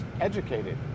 educated